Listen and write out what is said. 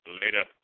Later